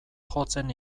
jotzen